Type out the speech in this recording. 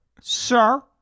Sir